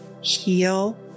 heal